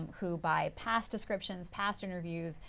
um who, by past descriptions, past interviews,